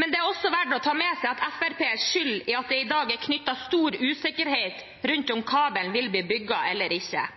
Men det er også verdt å ta med seg at Fremskrittspartiet er skyld i at det i dag er knyttet stor usikkerhet til om kabelen vil bli bygd eller ikke.